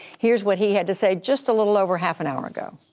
here's what he had to say just a little over half-an-hour ago.